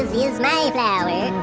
is my flower.